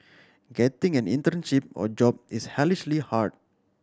getting an internship or job is hellishly hard